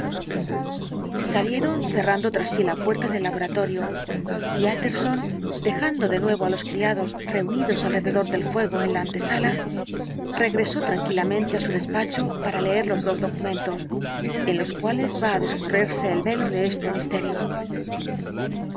salieron cerrando tras sí la puerta del laboratorio y utterson dejando de nuevo á los criados reunidos alrededor del fuego en la antesala regresó tranquilamente á su despacho para leer los dos documentos en los cuales va á descorrerse el velo de este misterio